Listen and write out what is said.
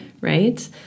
Right